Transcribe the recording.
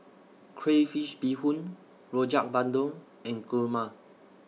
Crayfish Beehoon Rojak Bandung and Kurma